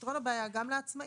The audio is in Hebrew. פתרון הבעיה גם לעצמאים.